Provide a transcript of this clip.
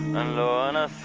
and on ah